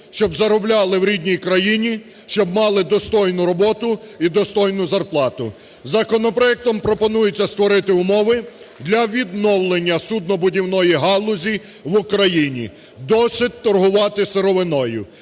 щоб заробляли в рідній країні, щоб мали достойну роботу і достойну зарплату. Законопроектом пропонується створити умови для відновлення суднобудівної галузі в Україні. Досить торгувати сировиною.